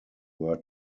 were